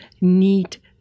need